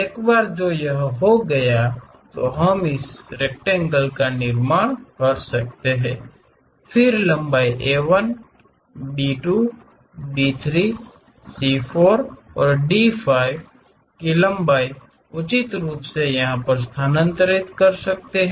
एक बार जो यह हो गया तो हम इस रेक्टेंगल का निर्माण कर सकते हैं फिर लंबाई A 1 B2 B3 C4 और D 5 लंबाई उचित रूप से स्थानांतरित कर सकते हैं